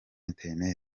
internet